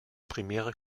primäre